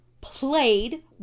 played